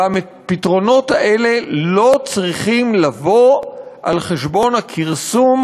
והפתרונות האלה לא צריכים לבוא על חשבון הכרסום